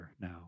now